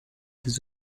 des